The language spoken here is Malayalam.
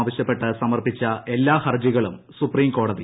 ആവശ്യപ്പെട്ട് സമർപ്പിച്ച എല്ലാ ഹർജികളും സുപ്രീംകോടതി തള്ളി